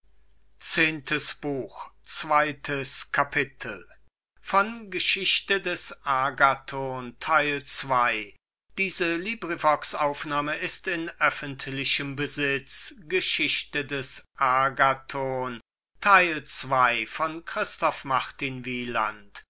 käufer des agathon